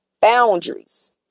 boundaries